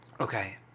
Okay